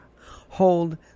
Hold